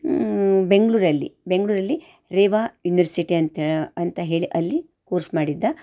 ಬೆಂಗಳೂರಲ್ಲಿ ಬೆಂಗಳೂರಲ್ಲಿ ರೇವಾ ಯುನ್ವರ್ಸಿಟಿ ಅಂತ ಅಂತ ಹೇಳಿ ಅಲ್ಲಿ ಕೋರ್ಸ್ ಮಾಡಿದ್ದ